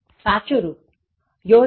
સાચું રુપ Yours sincerely